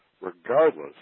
regardless